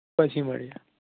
પછી મળીએ